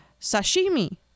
Sashimi